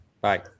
Bye